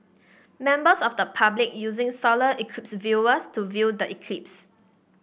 members of the public using solar eclipse viewers to view the eclipse